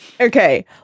Okay